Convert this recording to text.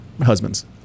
husbands